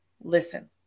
listen